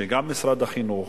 שגם משרד החינוך,